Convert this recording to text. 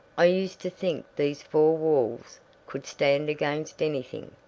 i used to think these four walls could stand against anything.